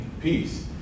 peace